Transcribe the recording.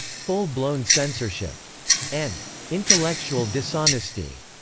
full-blown censorship and intellectual dishonesty.